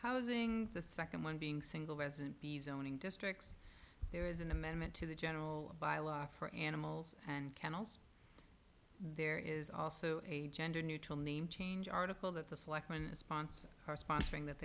housing the nd one being single resident be zoning districts there is an amendment to the general bylaw for animals and kennels there is also a gender neutral name change article that the selectmen sponsors are sponsoring that